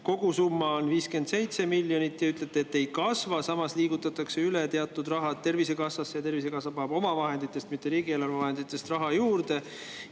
Kogusumma on 57 miljonit ja ütlete, et see ei kasva, samas liigutatakse teatud raha üle Tervisekassasse ja Tervisekassa paneb oma vahenditest, mitte riigieelarve vahenditest, raha juurde.